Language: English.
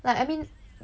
like I mean